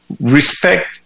respect